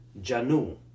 Janu